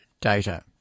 data